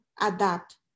adapt